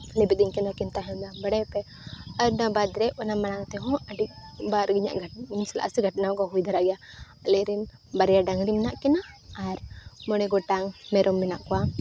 ᱞᱮᱵᱮᱫᱤᱧ ᱠᱟᱱᱟ ᱠᱤᱱ ᱛᱟᱦᱮᱱᱟ ᱵᱟᱲᱟᱭᱟᱯᱮ ᱟᱨ ᱚᱱᱟ ᱵᱟᱫᱨᱮ ᱚᱱᱟ ᱢᱟᱬᱟᱝ ᱛᱮᱦᱚᱸ ᱟᱹᱰᱤ ᱵᱟᱨ ᱜᱮ ᱤᱧ ᱥᱟᱞᱟᱜ ᱥᱮ ᱜᱷᱚᱴᱚᱱᱟ ᱠᱚ ᱦᱩᱭ ᱵᱟᱲᱟᱜ ᱜᱮᱭᱟ ᱟᱞᱮ ᱨᱮᱱ ᱵᱟᱨᱭᱟ ᱰᱟᱹᱝᱨᱤ ᱢᱮᱱᱟᱜ ᱠᱤᱱᱟ ᱟᱨ ᱢᱚᱬᱮ ᱜᱚᱴᱟᱝ ᱢᱮᱨᱚᱢ ᱢᱮᱱᱟᱜ ᱠᱚᱣᱟ